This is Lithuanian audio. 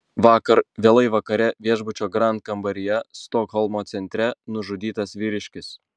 vakar vėlai vakare viešbučio grand kambaryje stokholmo centre nužudytas vyriškis